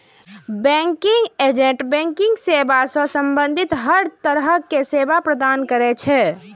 banking agent banking सेवा सं संबंधित हर तरहक सेवा प्रदान करै छै